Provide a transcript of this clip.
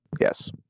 Yes